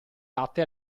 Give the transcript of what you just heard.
latte